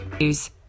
News